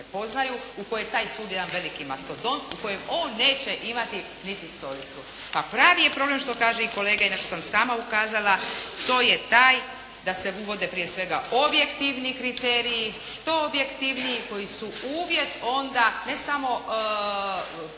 u kojoj je taj sud jedan veliki mastodont, u kojem on neće imati niti stolicu. A pravi je problem što kaže i kolega i na što sam sama ukazala to je taj da se uvode prije svega objektivni kriteriji, što objektivniji koji su uvjet onda ne samo